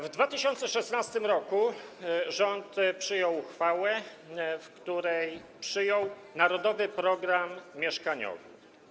W 2016 r. rząd przyjął uchwałę, w której przyjął narodowy program mieszkaniowy.